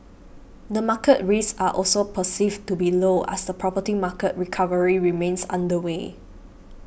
the market risks are also perceived to be low as the property market recovery remains underway